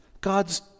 God's